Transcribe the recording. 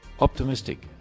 optimistic